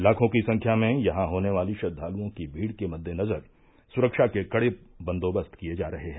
लाखों की संख्या में यहां होने वाली श्रद्वालुओं की भीड़ के मद्देनजर सुरक्षा के कड़े बंदोबस्त किये जा रहे हैं